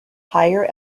higher